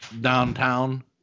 downtown